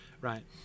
right